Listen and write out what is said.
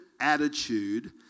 attitude